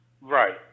right